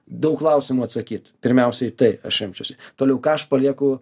daug klausimų atsakyt pirmiausia į tai aš remčiausi toliau ką aš palieku